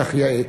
וכך יאה.